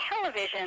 television